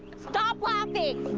stop laughing!